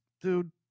dude